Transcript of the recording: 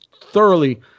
thoroughly